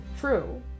true